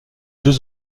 deux